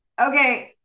okay